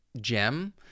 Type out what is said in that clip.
gem